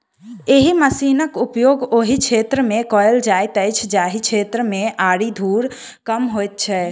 एहि मशीनक उपयोग ओहि क्षेत्र मे कयल जाइत अछि जाहि क्षेत्र मे आरि धूर कम होइत छै